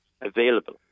available